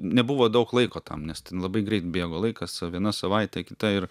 nebuvo daug laiko tam nes labai greit bėgo laikas viena savaitė kita ir